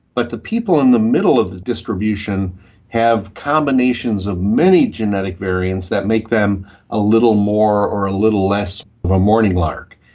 but the people in the middle of the distribution have combinations of many genetic variants that make them a little more or little less of a morning lark.